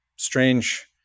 strange